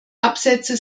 absätze